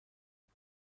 دار